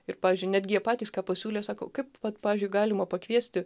ir pavyzdžiui netgi jie patys ką pasiūlė sako kaip vat pavyzdžiui galima pakviesti